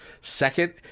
second